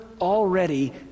already